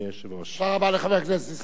תודה רבה לחבר הכנסת נסים זאב.